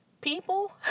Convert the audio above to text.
People